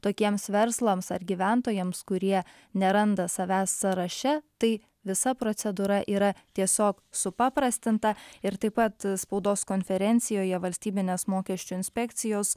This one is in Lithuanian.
tokiems verslams ar gyventojams kurie neranda savęs sąraše tai visa procedūra yra tiesiog supaprastinta ir taip pat spaudos konferencijoje valstybinės mokesčių inspekcijos